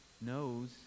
knows